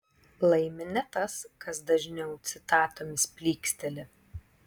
laimi ne tas kas dažniau citatomis plyksteli